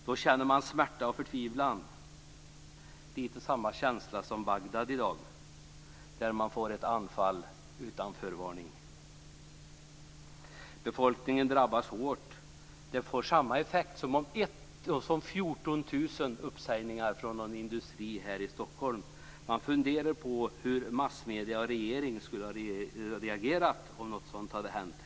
Då känner man smärta och förtvivlan, lite av samma känsla som finns i Bagdad i dag där det har kommit en anfall utan förvarning. Befolkningen drabbas hårt. Uppsägningen av 150 14 000 personer sades upp från någon industri här i Stockholm. Man kan ju undra hur regering och massmedier hade reagerat på det.